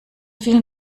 vielen